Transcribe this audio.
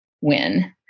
win